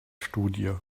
studie